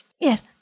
yes